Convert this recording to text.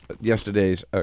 yesterday's